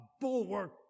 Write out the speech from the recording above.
bulwark